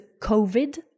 COVID